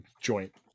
joint